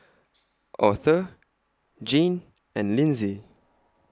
Author Gene and Linsey